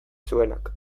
zuenak